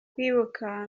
kwibuka